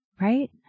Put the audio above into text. right